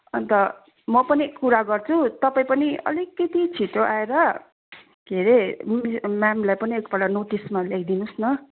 अन्त म पनि कुरा गर्छु तपाईँ पनि अलिकति छिटो आएर के अरे म्यामलाई पनि एकपल्ट नोटिसमा लेखिदिनु होस् न